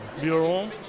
Bureau